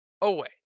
away